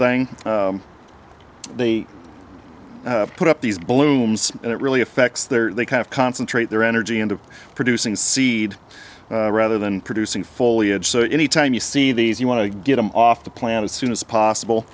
thing they put up these blooms and it really affects their they kind of concentrate their energy and of producing seed rather than producing foliage so any time you see these you want to get them off the plant as soon as possible